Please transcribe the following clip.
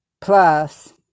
plus